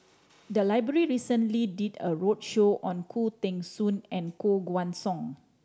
the library recently did a roadshow on Khoo Teng Soon and Koh Guan Song